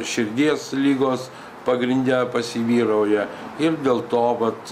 širdies ligos pagrinde pas jį vyrauja ir dėl to vat